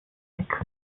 zweck